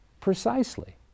Precisely